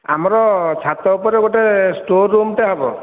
ଆମର ଛାତ ଉପରେ ଗୋଟେ ଷ୍ଟୋର୍ ରୁମ୍ଟେ ହେବ